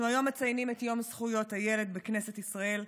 אנחנו היום מציינים את יום זכויות הילד בכנסת ישראל,